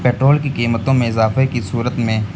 petrol کی قیمتوں میں اضافے کی صورت میں